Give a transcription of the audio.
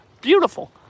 beautiful